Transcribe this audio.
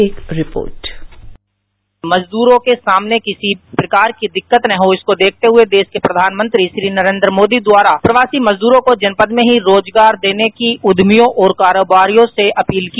एक रिपोर्ट मजदूरों के सामने किसी प्रकार की दिक्कत न हो इसको देखते हुए देश के प्रधानमंत्री श्री नरेंद्र मोदी द्वारा प्रवासी मजदूरों को जनपद में ही रोजगार देने की उद्यमियों और कारोबारियो से अपील की